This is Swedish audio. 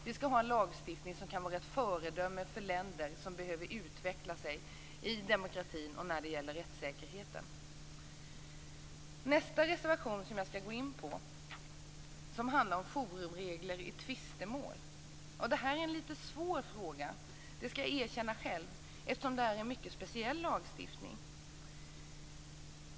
Vi skall ha en lagstiftning som kan vara ett föredöme för länder som behöver utveckla sig i demokratin och när det gäller rättssäkerheten. Nästa reservation som jag skall gå in på handlar om forumregler i tvistemål. Det är en lite svår fråga, det skall jag erkänna själv, eftersom det här är en mycket speciell lagstiftning.